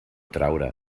traure